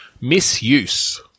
Misuse